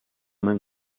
même